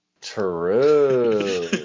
True